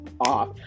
off